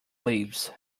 leaves